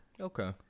Okay